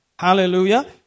Hallelujah